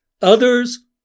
others